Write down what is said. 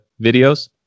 videos